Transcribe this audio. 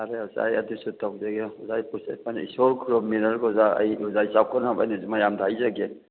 ꯐꯔꯦ ꯑꯣꯖꯥ ꯑꯩ ꯑꯗꯨꯁꯨ ꯇꯧꯖꯒꯦ ꯑꯣꯖꯥ ꯏꯁꯣꯔ ꯈꯨꯔꯨꯝꯃꯤꯟꯅꯔ ꯑꯣꯖꯥ ꯑꯩ ꯑꯣꯖꯥꯒꯤ ꯆꯥꯎꯈꯠꯅꯕ ꯑꯩꯅ ꯃꯌꯥꯝꯗ ꯍꯥꯏꯖꯒꯦ